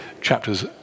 chapters